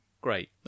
Great